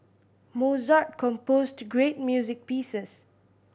Mozart composed great music pieces